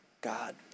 God